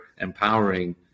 empowering